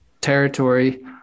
territory